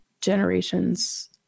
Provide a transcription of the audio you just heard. generations